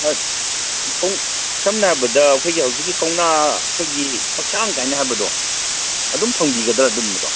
ꯁꯝꯅ ꯍꯥꯏꯕꯗ ꯑꯩꯈꯣꯏꯒꯤ ꯍꯧꯖꯤꯛꯀꯤ ꯀꯧꯅꯥ ꯑꯩꯈꯣꯏꯒꯤ ꯐꯛꯁꯥꯡꯒꯥꯏꯅ ꯍꯥꯏꯕꯗꯣ ꯑꯗꯨꯝ ꯐꯪꯕꯤꯒꯗ꯭ꯔ ꯑꯗꯨꯒꯨꯝꯕꯗꯣ